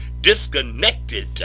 Disconnected